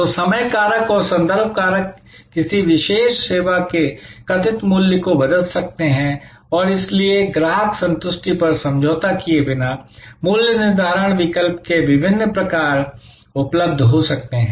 तो समय कारक और संदर्भ कारक किसी विशेष सेवा के कथित मूल्य को बदल सकते हैं और इसलिए ग्राहक संतुष्टि पर समझौता किए बिना मूल्य निर्धारण विकल्प के विभिन्न प्रकार उपलब्ध हो सकते हैं